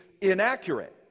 inaccurate